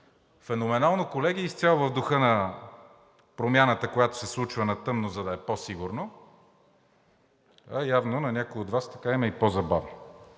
Феноменално, колеги, изцяло в духа на промяната, която се случва на тъмно, за да е по-сигурно, а явно на някои от Вас така им е и по-забавно.